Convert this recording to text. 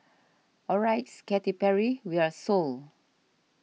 alright Katy Perry we're sold